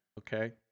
Okay